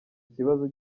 kibazo